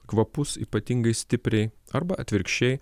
kvapus ypatingai stipriai arba atvirkščiai